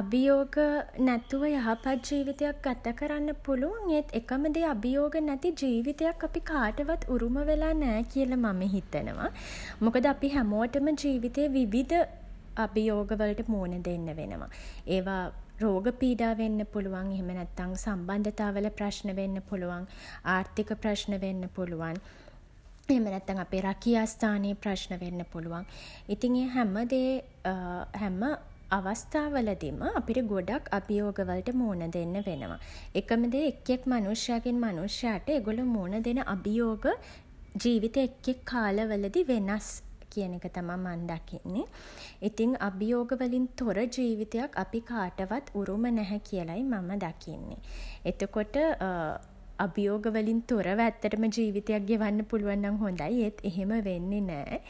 අභියෝග නැතුව යහපත් ජීවිතයක් ගත කරන්න පුළුවන්. ඒත් එකම දේ අභියෝග නැති ජීවිතයක් අපි කාටවත් උරුම වෙලා නෑ කියල මම හිතනවා. මොකද අපි හැමෝටම ජීවිතේ විවිධ අභියෝග වලට මූණ දෙන්න වෙනවා. ඒව රෝග පීඩා වෙන්න පුළුවන්. එහම නැත්නම් සම්බන්ධතා වල ප්‍රශ්න වෙන්න පුළුවන්. ආර්ථික ප්‍රශ්න වෙන්න පුළුවන්. එහෙම නැත්නම් අපේ රැකියා ස්ථානයේ ප්‍රශ්න වෙන්න පුළුවන්. ඉතින් ඒ හැම දේ හැම අවස්ථා වලදිම අපිට ගොඩක් අභියෝග වලට මූණ දෙන්න වෙනවා. එකම දේ එක් එක් මනුෂ්‍යයාගෙන් මනුෂ්‍යයාට ඒගොල්ලෝ මූණ දෙන අභියෝග ජීවිතේ එක් එක් කාල වලදී වෙනස් කියන එක තමයි මං දකින්නේ. ඉතින් අභියෝග වලින් තොර ජීවිතයක් අපි කාටවත් උරුම නැහැ කියලයි මම දකින්නේ. එතකොට අභියෝග වලින් තොරව ඇත්තටම ජීවිතයක් ගෙවන්න පුළුවන් නම් හොඳයි. ඒත් එහෙම වෙන්නේ නෑ.